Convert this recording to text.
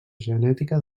genètica